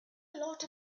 lot